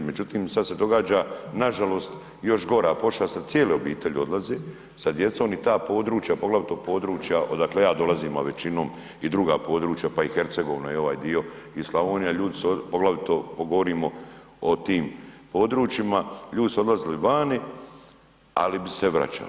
Međutim, sada se događa nažalost još gora pošast, sada cijele obitelji odlaze sa djecom i ta područja, poglavito područja odakle ja dolazim, a većinom i druga područja pa i Hercegovina i ovaj dio i Slavonija, poglavito govorimo o tim područjima ljudi su odlazili vani, ali bi se vraćali.